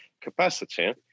capacity